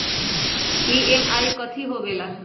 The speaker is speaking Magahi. ई.एम.आई कथी होवेले?